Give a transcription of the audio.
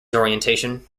orientation